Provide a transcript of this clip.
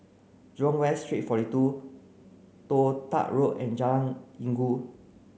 Jurong West Street forty two Toh Tuck Road and Jalan Inggu